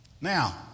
Now